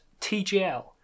TGL